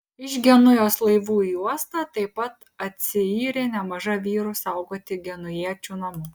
iš genujos laivų į uostą taip pat atsiyrė nemaža vyrų saugoti genujiečių namų